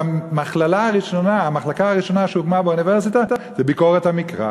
והמחלקה הראשונה שהוקמה באוניברסיטה זה ביקורת המקרא,